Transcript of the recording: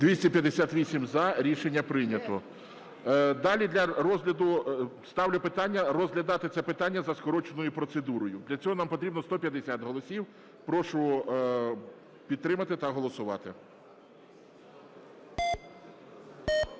За-258 Рішення прийнято. Далі для розгляду... Ставлю питання розглядати це питання за скороченою процедурою. Для цього нам потрібно 150 голосів. Прошу підтримати та голосувати.